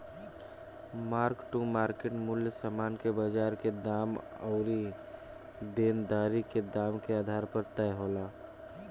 mark to market मूल्य समान के बाजार के दाम अउरी देनदारी के दाम के आधार पर तय होला